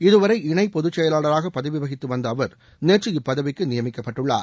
இதுவரை இணைப் பொதுச் செயலாளராக பதவி வகித்து வந்த அவர் நேற்று இப்பதவிக்கு நியமிக்கப்பட்டுள்ளார்